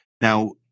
Now